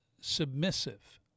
submissive